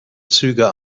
züge